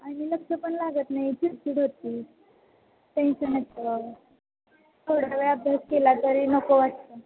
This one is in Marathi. आणि लक्ष पण लागत नाही चीडचीड होती टेन्शन येतं थोडा वेळा अभ्यास केला तरी नको वाटतं